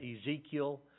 Ezekiel